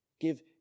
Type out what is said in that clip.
Give